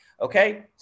okay